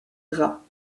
gras